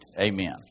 Amen